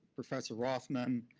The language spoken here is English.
professor rothman,